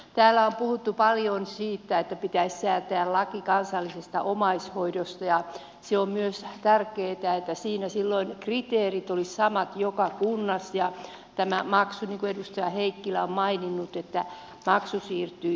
täällä on puhuttu paljon siitä että pitäisi säätää laki kansallisesta omaishoidosta ja se on myös tärkeätä että siinä silloin kriteerit olisivat samat joka kunnassa ja tämä maksu niin kuin edustaja heikkilä on maininnut siirtyisi kelalle